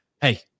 hey